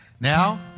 Now